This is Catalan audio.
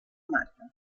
marca